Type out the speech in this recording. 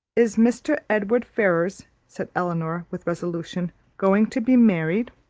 is mr. edward ferrars, said elinor, with resolution, going to be married?